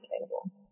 available